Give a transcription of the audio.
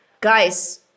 guys